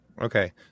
Okay